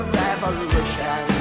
revolution